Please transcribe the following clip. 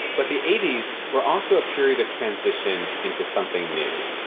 but the eighty s were also a period of transition into something new.